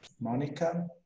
Monica